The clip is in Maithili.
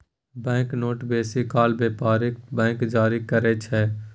बैंक नोट बेसी काल बेपारिक बैंक जारी करय छै